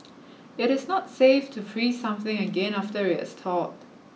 it is not safe to freeze something again after it has thawed